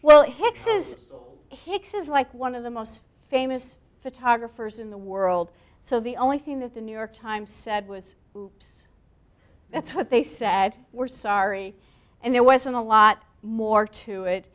hicks is like one of the most famous photographers in the world so the only thing that the new york times said was hoops that's what they said were sorry and there wasn't a lot more to it